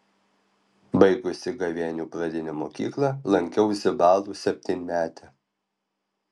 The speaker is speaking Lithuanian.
baigusi gavėnių pradinę mokyklą lankiau zibalų septynmetę